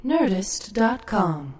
Nerdist.com